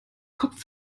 kopf